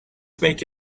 make